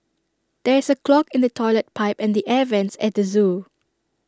there is A clog in the Toilet Pipe and the air Vents at the Zoo